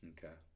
Okay